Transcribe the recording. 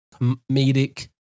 comedic